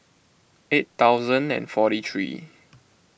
eight thousand and forty three